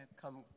come